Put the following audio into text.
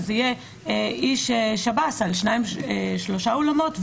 יהיה איש שב"ס על שניים-שלושה אולמות,